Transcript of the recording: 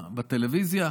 בטלוויזיה.